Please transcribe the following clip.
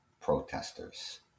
protesters